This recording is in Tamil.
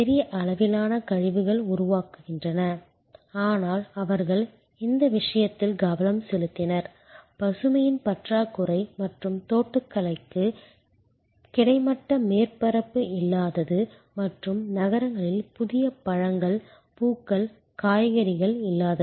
பெரிய அளவிலான கழிவுகள் உருவாகின்றன ஆனால் அவர்கள் இந்த விஷயத்தில் கவனம் செலுத்தினர் பசுமையின் பற்றாக்குறை மற்றும் தோட்டக்கலைக்கு கிடைமட்ட மேற்பரப்பு இல்லாதது மற்றும் நகரங்களில் புதிய பழங்கள் பூக்கள் காய்கறிகள் இல்லாதது